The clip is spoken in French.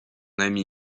ami